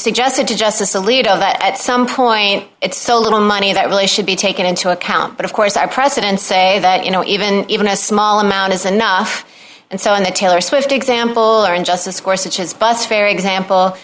suggested to justice alito that at some point it's a little money that really should be taken into account but of course our presidents say that you know even even a small amount is enough and so on the taylor swift example or injustice or such as bus fare example